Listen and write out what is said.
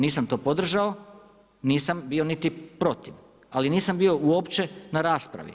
Nisam to podržao, nisam bio niti protiv, ali nisam bio uopće na raspravi.